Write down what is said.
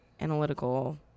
Analytical